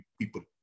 people